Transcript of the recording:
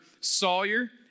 sawyer